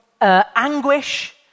anguish